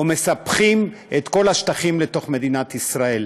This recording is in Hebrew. או מספחים את כל השטחים לתוך מדינת ישראל.